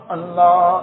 Allah